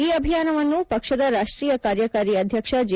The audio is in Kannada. ಈ ಆಭಿಯಾನವನ್ನು ಪಕ್ಷದ ರಾಷ್ಟೀಯ ಕಾರ್ಯಕಾರಿ ಅಧ್ಯಕ್ಷ ಜೆ